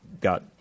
got